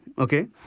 ok?